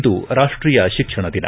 ಇಂದು ರಾಷ್ಲೀಯ ಶಿಕ್ಷಣ ದಿನ